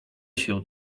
się